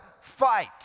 fight